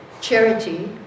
charity